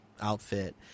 outfit